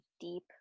deep